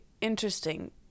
interesting